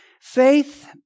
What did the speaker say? faith